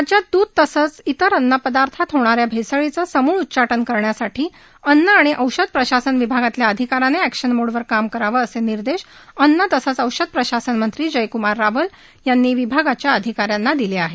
राज्यात द्रध तसंच इतर अन्न पदार्थातल्या होणाऱ्या भेसळीचं सम्रळ उच्चाटन करण्यासाठी अन्न आणि औषध प्रशासन विभागातल्या अधिकाऱ्यांनी एक्शन मोडवर काम करावं असे निर्देश अन्न तसंच औषध प्रशासन मंत्री जयकमार रावल यांनी विभागाच्या अधिकाऱ्यांना दिले आहेत